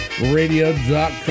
Radio.com